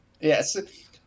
Yes